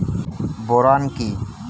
Boron কি?